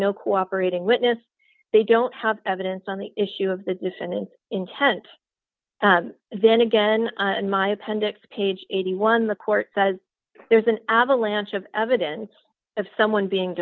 no cooperating witness they don't have evidence on the issue of the defendant intent then again in my appendix page eighty one the court says there's an avalanche of evidence of someone being